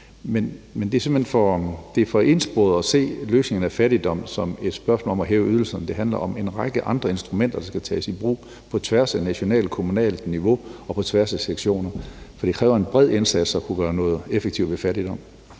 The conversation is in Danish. simpelt hen for ensporet at se løsningen på fattigdom som et spørgsmål om at hæve ydelserne. Det handler om en række af andre instrumenter, der skal tages i brug på tværs af det nationale og kommunale niveau og på tværs af sektioner. For det kræver en bred indsats at kunne gøre noget effektivt ved fattigdom.